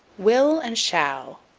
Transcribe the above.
will and shall.